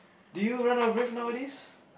do you run out of breath nowadays